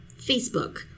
Facebook